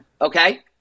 Okay